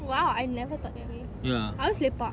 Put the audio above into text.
!wow! I never thought that way I always lepak